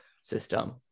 system